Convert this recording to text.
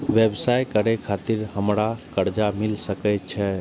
व्यवसाय करे खातिर हमरा कर्जा मिल सके छे?